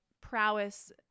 prowess